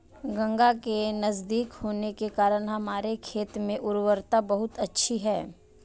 गंगा के नजदीक होने के कारण हमारे खेत में उर्वरता बहुत अच्छी है